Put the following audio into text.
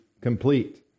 complete